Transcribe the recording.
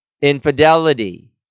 infidelity